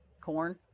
corn